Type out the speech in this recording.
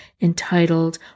entitled